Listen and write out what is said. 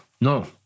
no